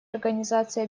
организации